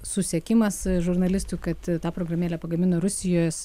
susiekimas žurnalistų kad tą programėlę pagamino rusijos